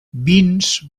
vins